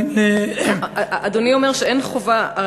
אדוני אומר שאין חובה.